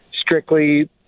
strictly